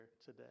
today